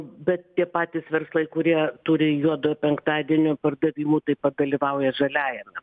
bet tie patys verslai kurie turi juodojo penktadienio pardavimų taip pat dalyvauja žaliajame